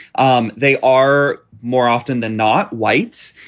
um they are more often than not whites.